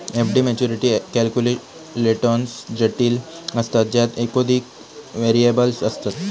FD maturity calculations जटिल असतत ज्यात एकोधिक व्हेरिएबल्स असतत